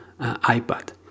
iPad